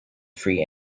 free